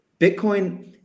Bitcoin